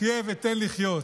חיה ותן לחיות.